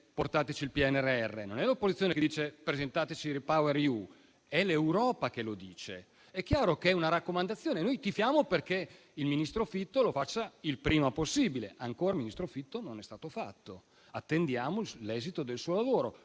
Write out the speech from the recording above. portarci il PNRR; non è l'opposizione a dire di presentare REPowerEU; è l'Europa a farlo. È chiaro che è una raccomandazione. Noi tifiamo perché il ministro Fitto lo faccia il prima possibile, ma ancora non è stato fatto. Ministro Fitto, attendiamo l'esito del suo lavoro